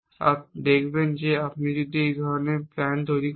আর দেখবেন যে আপনি যদি এই ধরনের প্ল্যান তৈরি করেন